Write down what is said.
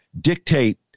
dictate